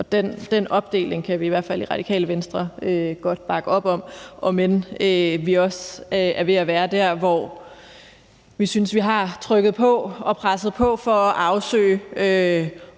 Og den opdeling kan vi i hvert fald i Radikale Venstre godt bakke op om, om end vi også er ved at være der, hvor vi synes, vi har presset på for at afsøge,